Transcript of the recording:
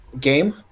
game